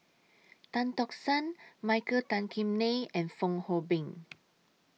Tan Tock San Michael Tan Kim Nei and Fong Hoe Beng